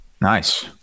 Nice